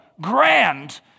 grand